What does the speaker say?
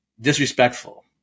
disrespectful